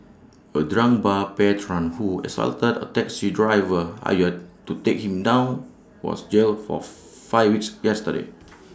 A drunk bar patron who assaulted A taxi driver hired to take him down was jailed for five weeks yesterday